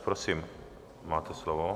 Prosím, máte slovo.